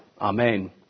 Amen